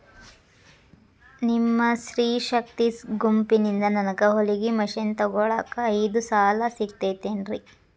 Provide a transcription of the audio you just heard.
ನಿಮ್ಮ ಸ್ತ್ರೇ ಶಕ್ತಿ ಗುಂಪಿನಿಂದ ನನಗ ಹೊಲಗಿ ಮಷೇನ್ ತೊಗೋಳಾಕ್ ಐದು ಸಾಲ ಸಿಗತೈತೇನ್ರಿ?